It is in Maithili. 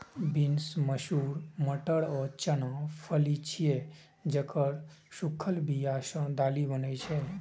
बीन्स, मसूर, मटर आ चना फली छियै, जेकर सूखल बिया सं दालि बनै छै